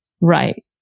right